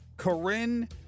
Corinne